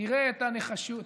תראה את הנחישות,